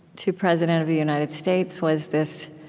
to president of the united states, was this